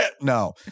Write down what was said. No